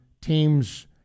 teams